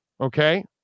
Okay